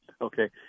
Okay